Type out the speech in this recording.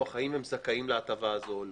האם הם זכאים להטבה הזאת או לא,